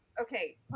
Okay